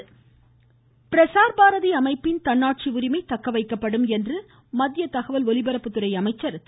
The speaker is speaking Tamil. பிரஸார் பாரதி பிரஸார் பாரதி அமைப்பின் தன்னாட்சி உரிமை தக்கவைக்கப்படும் என்று மத்திய தகவல் ஒலிபரப்புத் துறை அமைச்சர் திரு